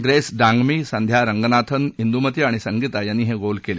grace Dangmei Sandhya Ranganathan Indumathi आणि संगीता यांनी हे गोल केले